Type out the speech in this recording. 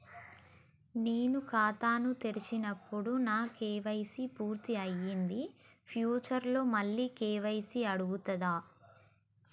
నేను ఖాతాను తెరిచినప్పుడు నా కే.వై.సీ పూర్తి అయ్యింది ఫ్యూచర్ లో మళ్ళీ కే.వై.సీ అడుగుతదా?